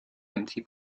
empty